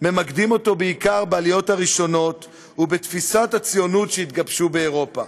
ממקדים אותו בעיקר בעליות הראשונות ובתפיסות הציונות שהתגבשו באירופה.